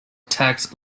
tax